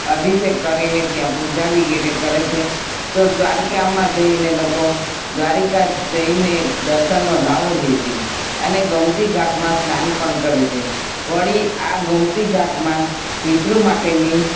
અભિષેક કરીને ત્યાં પૂજા વગેરે કરે છે તો દ્વારકામાં જઈને લોકો દ્વારકા જઈને દર્શનનો લ્હાવો લે છે અને ગોમતીઘાટમાં સ્નાન પણ કરે છે વળી આ ગોમતીઘાટમાં પિતૃ માટેની